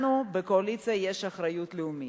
לנו, בקואליציה, יש אחריות לאומית.